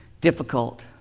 difficult